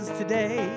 today